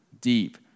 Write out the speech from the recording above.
deep